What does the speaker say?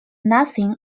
nothing